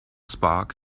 spark